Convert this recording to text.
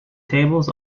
tables